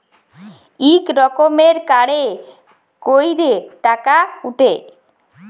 ইক রকমের কাড়ে ক্যইরে টাকা উঠে